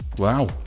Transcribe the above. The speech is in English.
Wow